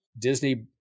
disney